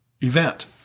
event